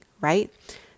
right